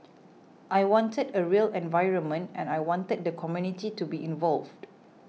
I wanted a real environment and I wanted the community to be involved